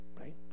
right